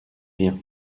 rien